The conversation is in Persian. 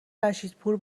رشیدپور